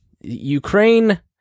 ukraine